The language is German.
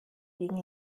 gegen